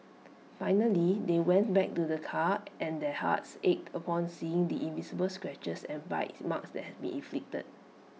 finally they went back to the car and their hearts ached upon seeing the invisible scratches and bites marks that had been inflicted